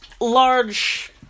large